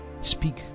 speak